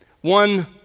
One